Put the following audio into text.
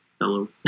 Hello